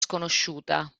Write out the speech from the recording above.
sconosciuta